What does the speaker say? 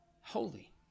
holy